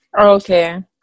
Okay